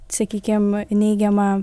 sakykim neigiamą